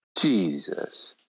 Jesus